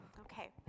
Okay